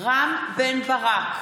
רם בן ברק,